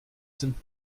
sind